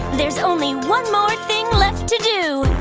there's only one more thing left to do!